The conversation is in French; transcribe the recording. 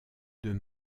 deux